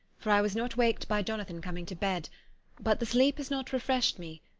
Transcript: for i was not waked by jonathan coming to bed but the sleep has not refreshed me,